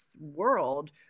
world